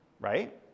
Right